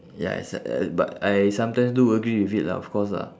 ya it's like uh but I sometimes do agree with it lah of course lah